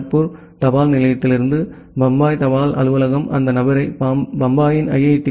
D Kharagpur தபால் நிலையத்திலிருந்து பம்பாய் தபால் அலுவலகம் அந்த நபரை பம்பாயின் ஐ